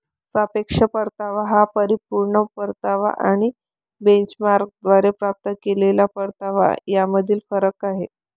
सापेक्ष परतावा हा परिपूर्ण परतावा आणि बेंचमार्कद्वारे प्राप्त केलेला परतावा यामधील फरक आहे